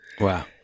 Wow